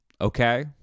okay